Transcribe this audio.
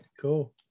cool